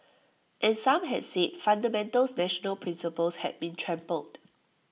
and some had said fundamental national principles had been trampled